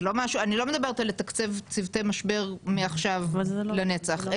אני לא מדברת על לתקצב צוותי משבר מעכשיו לנצח,